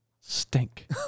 stink